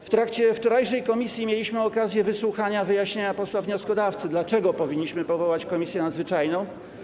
W trakcie wczorajszego posiedzenia komisji mieliśmy okazję wysłuchania wyjaśnienia posła wnioskodawcy, dlaczego powinniśmy powołać Komisję Nadzwyczajną.